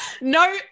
No